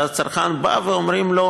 שהצרכן בא ואומרים לו: